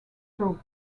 stoke